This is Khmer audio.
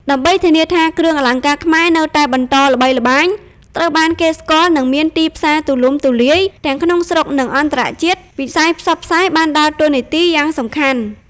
ដើម្បីធានាថាគ្រឿងអលង្ការខ្មែរនៅតែបន្តល្បីល្បាញ ត្រូវបានគេស្គាល់ និងមានទីផ្សារទូលំទូលាយ ទាំងក្នុងស្រុក និងអន្តរជាតិ វិស័យផ្សព្វផ្សាយ បានដើរតួនាទីយ៉ាងសំខាន់។